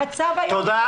המצב היום,